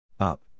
Up